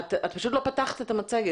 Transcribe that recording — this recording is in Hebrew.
אני מצטטת מהתקנות את הגדרת